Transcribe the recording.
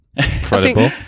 credible